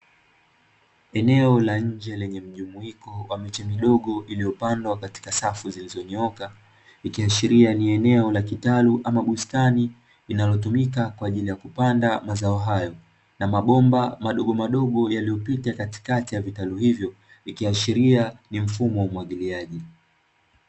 Eneo la nje lenye mjumuiko wa miche midogo iliyopandwa katika safu zilizonyooka, ikiashiria ni eneo la kitalu ama bustani linalotumika kwa ajili ya kupanda mazao hayo. Na mabomba madogo madogo yaliyopita katikati ya vitalu hivyo ikiashiria ni mfumo wa umwagiliaji.